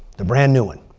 the brand new one,